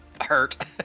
hurt